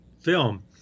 film